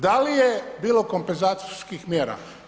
Da li je bilo kompenzacijskih mjera?